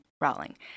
Rowling